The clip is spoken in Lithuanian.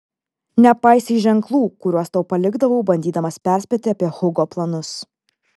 nepaisei ženklų kuriuos tau palikdavau bandydamas perspėti apie hugo planus